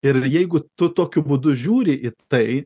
ir jeigu tu tokiu būdu žiūri į tai